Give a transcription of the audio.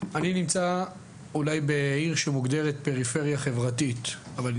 אני נמצא אולי בעיר שמוגדרת פריפריה חברתית אבל היא